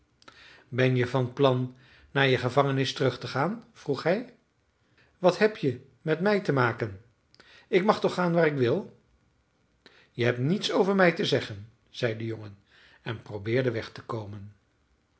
ben je van plan naar je gevangenis terug te gaan vroeg hij wat heb je met mij te maken ik mag toch gaan waar ik wil je hebt niets over mij te zeggen zei de jongen en probeerde weg te komen